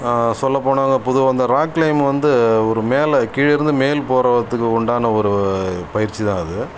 சொல்லப் போனாக்கா பொதுவா இந்த ராக் க்ளைம்ப் வந்து ஒரு மேலே கீழேருந்து மேல் போகிறதுக்கு உண்டான ஒரு பயிற்சி தான் அது